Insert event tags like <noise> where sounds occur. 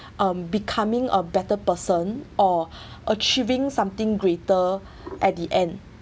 <breath> um becoming a better person or <breath> achieving something greater at the end